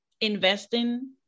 investing